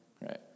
Right